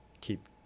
Keep